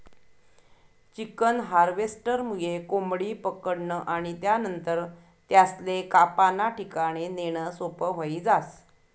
chicken हार्वेस्टरमुये कोंबडी पकडनं आणि त्यानंतर त्यासले कापाना ठिकाणे नेणं सोपं व्हयी जास